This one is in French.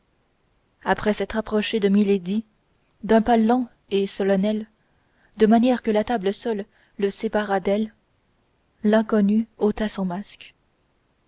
après s'être approché de milady d'un pas lent et solennel de manière que la table seule le séparât d'elle l'inconnu ôta son masque